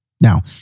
Now